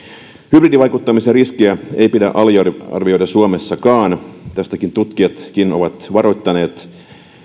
hybridivaikuttamisen riskiä ei pidä aliarvioida suomessakaan tästä tutkijatkin ovat varoittaneet